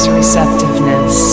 receptiveness